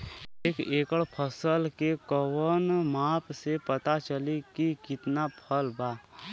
एक एकड़ फसल के कवन माप से पता चली की कितना फल बा?